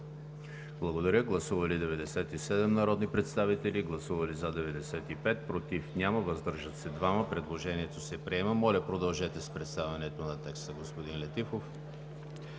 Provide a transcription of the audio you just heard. Комисията. Гласували 95 народни представители: за 75, против няма, въздържали се 20. Предложението се приема. Моля, продължете с представянето на текста, господин Летифов.